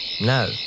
No